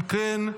אם כן,